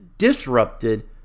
disrupted